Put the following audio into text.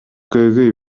көйгөй